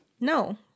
no